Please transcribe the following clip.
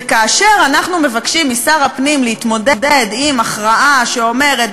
וכאשר אנחנו מבקשים משר הפנים להתמודד עם הכרעה שאומרת,